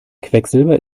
quecksilber